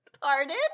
Pardon